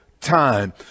time